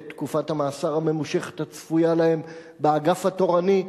את תקופת המאסר הממושכת הצפויה להם באגף התורני,